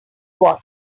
what